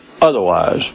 otherwise